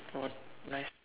what nice